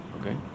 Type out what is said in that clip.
okay